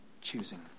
choosing